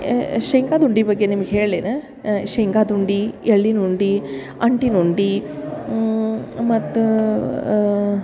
ಶೇಂಗದ ಉಂಡೆ ಬಗ್ಗೆ ನಿಮ್ಗ ಹೇಳ್ಲೇನು ಶೇಂಗಾದ ಉಂಡೆ ಎಳ್ಳಿನ ಉಂಡೆ ಅಂಟಿನ ಉಂಡೆ ಮತ್ತು